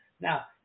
now